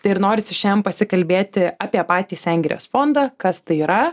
tai ir norisi šian pasikalbėti apie patį sengirės fondą kas tai yra